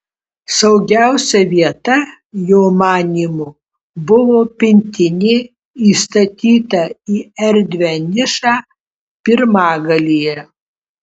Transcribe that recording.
saugiausia vieta jo manymu buvo pintinė įstatyta į erdvią nišą pirmagalyje